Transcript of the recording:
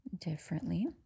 differently